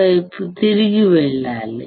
వైపు తిరిగి వెళ్లాలి